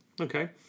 Okay